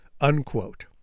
unquote